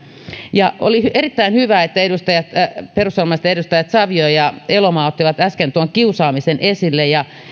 oli erittäin hyvä että perussuomalaisten edustajat savio ja elomaa ottivat äsken tuon kiusaamisen esille